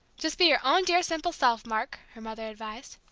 just be your own dear simple self, mark, her mother advised.